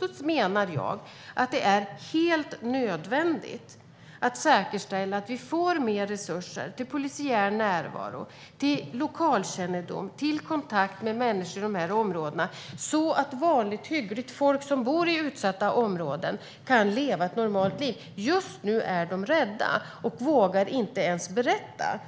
Då menar jag att det är helt nödvändigt att säkerställa att vi får mer resurser till polisiär närvaro, till lokalkännedom, till kontakt med människor i de här områdena så att vanligt, hyggligt folk som bor i utsatta områden kan leva ett normalt liv. Just nu är de rädda och vågar många gånger inte ens berätta